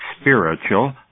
spiritual